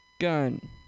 gun